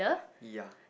yeah